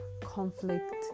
conflict